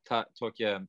ta tokia